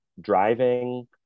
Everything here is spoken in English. driving